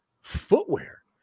Footwear